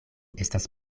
estas